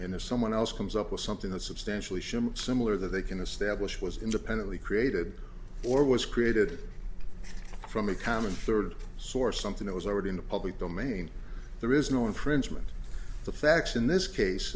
and if someone else comes up with something that substantially similar that they can establish was independently created or was created from a common third source something that was already in the public domain there is no infringement the facts in this case